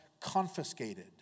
confiscated